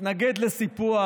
התנגד לסיפוח.